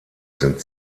sind